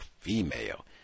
female